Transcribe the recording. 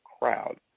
crowd